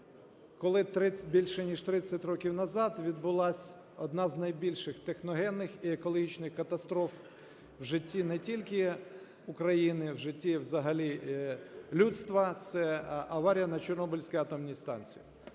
коли більше ніж 30 років назад відбулась одна з найбільших техногенних і екологічних катастроф в житті не тільки України, в житті і взагалі людства, – це аварія на Чорнобильській атомній станції.